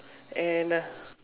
and uh